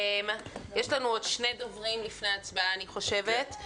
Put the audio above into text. יש לנו עוד שני דוברים לפני הצבעה, אני חושבת.